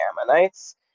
ammonites